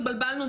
התבלבלנו,